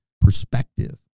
perspective